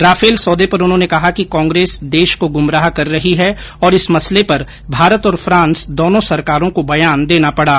Rafale सौदे पर उन्होंने कहा कि कांग्रेस देश को गुमराह कर रही है और इस मसले पर भारत और फांस दोनो सरकारों को बयान देना पड़ा